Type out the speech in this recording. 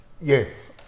Yes